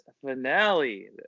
finale